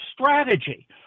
strategy